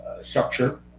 structure